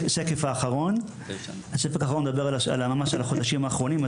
השקף האחרון מדבר על הרמה של החודשים האחרונים.